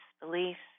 beliefs